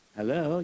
Hello